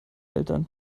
eltern